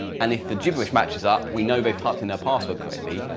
and if the gibberish matches up we know they've taught in their password correctly,